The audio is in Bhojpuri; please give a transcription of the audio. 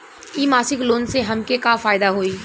इ मासिक लोन से हमके का फायदा होई?